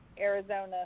Arizona